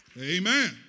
Amen